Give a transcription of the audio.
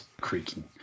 creaking